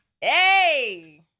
Hey